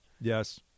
yes